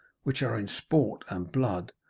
which are in sport and blood,